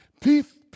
Peace